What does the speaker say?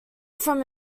from